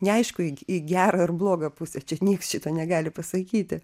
neaišku į į gerą ar blogą pusę čia nieks šito negali pasakyti